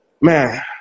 man